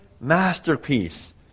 masterpiece